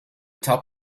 top